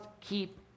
keep